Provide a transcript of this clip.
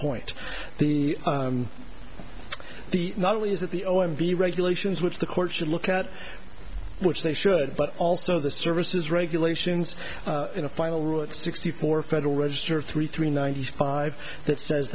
point the the not only is that the o m b regulations which the court should look at which they should but also the services regulations in a final route sixty four federal register three three ninety five that says